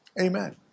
Amen